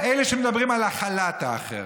אלה שמדברים על הכלת האחר,